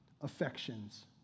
affections